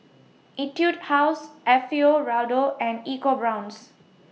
Etude House Alfio Raldo and Eco Brown's